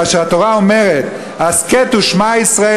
כאשר התורה אומרת: "הסכת ושמע ישראל,